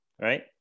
right